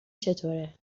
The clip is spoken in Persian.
چطوره